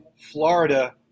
Florida